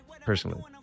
personally